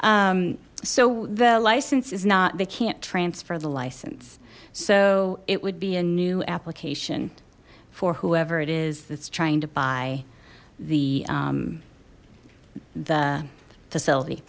so the license is not they can't transfer the license so it would be a new application for whoever it is that's trying to buy the the facility